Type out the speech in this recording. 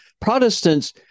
Protestants